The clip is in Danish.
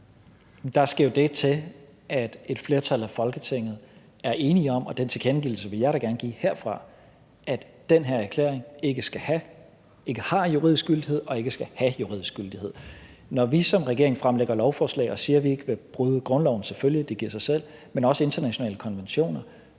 Der skal jo det til, at et flertal af Folketinget er enige om – og den tilkendegivelse vil jeg da gerne give herfra – at den her erklæring ikke har juridisk gyldighed og ikke skal have juridisk gyldighed. Når vi som regering fremsætter lovforslag og siger, at vi ikke vil bryde grundloven – det giver selvfølgelig sig selv – men også internationale konventioner,